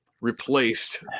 replaced